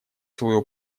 свою